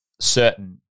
certain